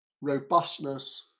robustness